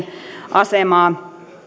asemaa